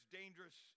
dangerous